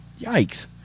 Yikes